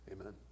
Amen